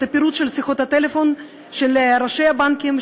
את הפירוט של שיחות הטלפון של ראשי הבנקים,